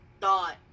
thought